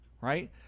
right